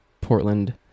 Portland